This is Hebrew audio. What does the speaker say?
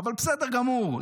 אבל בסדר גמור.